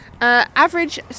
Average